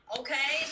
okay